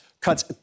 cuts